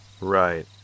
Right